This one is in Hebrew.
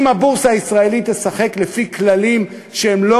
ואם הבורסה הישראלית תשחק לפי כללים שהם לא